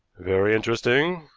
very interesting,